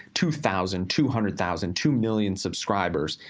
two thousand, two hundred thousand, two million subscribers,